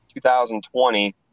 2020